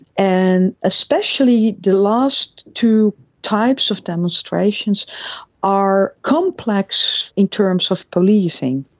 and especially the last two types of demonstrations are complex in terms of policing,